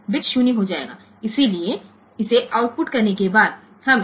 તો આ રીતે આઉટપુટ કર્યા પછી આપણે આ મેળવી રહ્યા છીએ અને પછી આપણે બીટ P 1